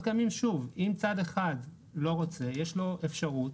שוב, אם צד אחד לא רוצה, יש לו אפשרות.